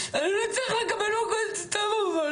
אני לא צריך לקבל מכות סתם אבל,